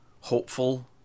hopeful